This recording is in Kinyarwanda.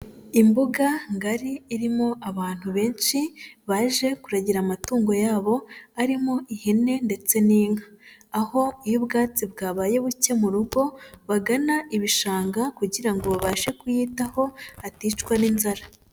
Imbuga ngari irimo abantu benshi baje kuragira amatungo yabo arimo ihene ndetse n'inka. Aho iyo ubwatsi bwabaye buke mu rugo bagana ibishanga kugira ngo babashe kuyitaho aticwa n'inzara.